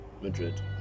Madrid